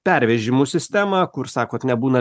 pervežimų sistemą kur sakot nebūna